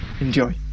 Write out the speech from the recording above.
Enjoy